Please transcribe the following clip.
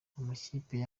amakipe